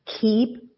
keep